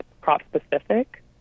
crop-specific